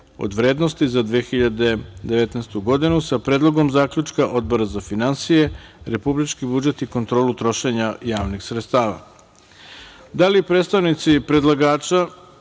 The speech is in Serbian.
od vrednosti za 2019. godinu, sa predlogom zaključka Odbora za finansije, republički budžet i kontrolu trošenja javnih sredstava. Da li predstavnici predlagača,